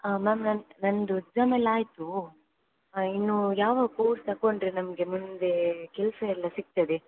ಹಾಂ ಮ್ಯಾಮ್ ನನ್ನದು ಎಕ್ಸಾಮ್ ಎಲ್ಲ ಆಯಿತು ಇನ್ನು ಯಾವ ಕೋರ್ಸ್ ತಗೊಂಡ್ರೆ ನಮಗೆ ಮುಂದೆ ಕೆಲಸ ಎಲ್ಲ ಸಿಕ್ತದೆ